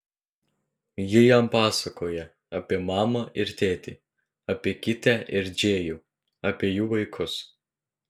ji jam pasakoja apie mamą ir tėtį apie kitę ir džėjų apie jų vaikus